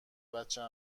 بچه